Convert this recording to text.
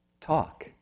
talk